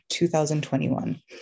2021